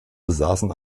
besaßen